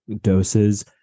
doses